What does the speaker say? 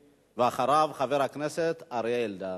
ואחריו, חבר הכנסת אריה אלדד.